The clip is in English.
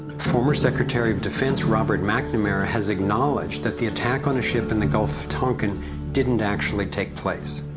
former secretary of defense, robert mcnamara, has acknowledged that the attack on a ship in the gulf tonkin didn't actually take place.